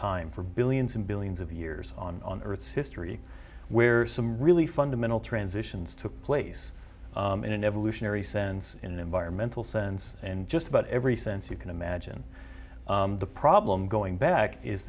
time for billions and billions of years on earth's history where some really fundamental transitions took place in an evolutionary sense in an environmental sense in just about every sense you can imagine the problem going back is